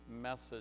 message